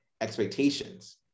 expectations